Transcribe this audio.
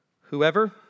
Whoever